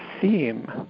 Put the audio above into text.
theme